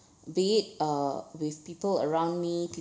be it uh with people around me peo~